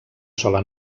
sola